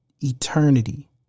eternity